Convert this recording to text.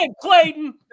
Clayton